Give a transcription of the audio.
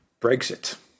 Brexit